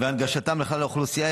והנגשתם לכלל האוכלוסייה,